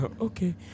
Okay